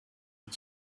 had